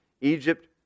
Egypt